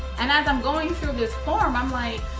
and as i'm going through this form, i'm like,